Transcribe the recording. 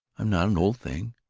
i'm not an old thing!